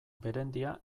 berendia